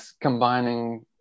combining